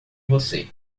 você